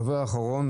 הדובר האחרון,